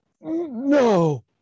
no